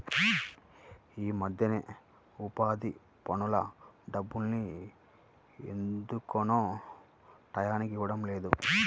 యీ మద్దెన ఉపాధి పనుల డబ్బుల్ని ఎందుకనో టైయ్యానికి ఇవ్వడం లేదు